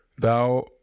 Thou